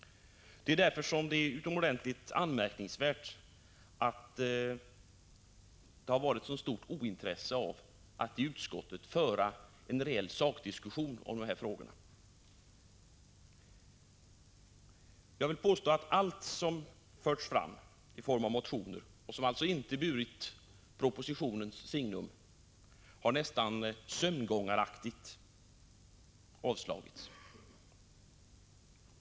Det är därför utomordentligt anmärkningsvärt att det har varit ett så stort ointresse i utskottet för en reell sakdiskussion om de här frågorna. Alla förslag som förts fram i form av motioner — som alltså inte burit propositionens signum — har nästan sömngångaraktigt avstyrkts.